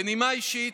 בנימה אישית,